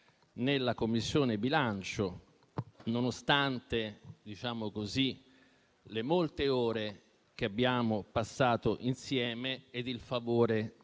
in Commissione bilancio, nonostante le molte ore che abbiamo passato insieme ed il favore